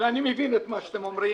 ואני מבין את מה שאתם אומרים,